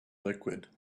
liquid